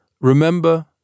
remember